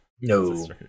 No